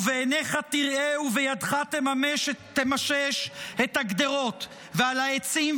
/ ובעיניך תראה ובידך תמשש על הגדרות / ועל העצים,